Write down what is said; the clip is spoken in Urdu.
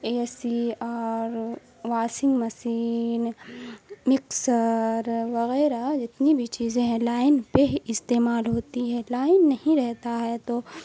اے سی اور واشنگ مشین مکسر وغیرہ جتنی بھی چیزیں ہیں لائن پہ ہی استعمال ہوتی ہیں لائن نہیں رہتا ہے تو